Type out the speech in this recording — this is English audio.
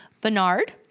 Bernard